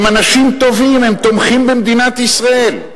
הם אנשים טובים, הם תומכים במדינת ישראל.